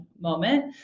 moment